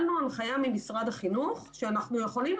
אנחנו אמורים לחזור לפי המתווה כי אנחנו מוגדרים פנאי,